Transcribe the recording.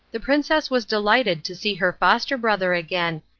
the princess was delighted to see her foster-brother again,